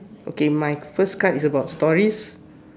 okay my first card is about stories